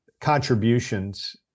contributions